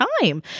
time